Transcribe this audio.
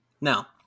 Now